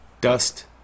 dust